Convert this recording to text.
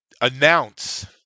announce